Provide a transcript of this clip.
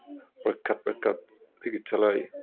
প্ৰখ্যাত প্ৰখ্যাত চিকিৎসালয়